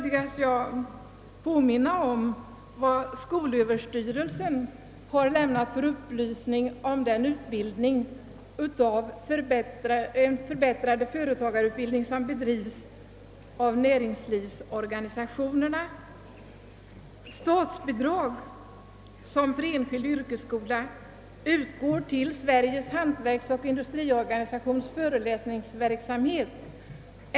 Jag vill därför påminna om vad skolöverstyrelsen har sagt om den förbättrade företagarutbildning som bedrives av näringslivsorganisationerna, nämligen följande: »Statsbidrag såsom för enskild yrkesskola ——— utgår till Sveriges hantverksoch industriorganisations föreläsningsverksamhet.